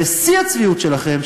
ושיא הצביעות שלכם,